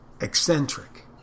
eccentric